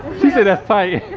she said that's tight.